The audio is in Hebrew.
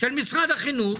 של משרד החינוך,